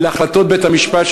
להחלטות בית-המשפט,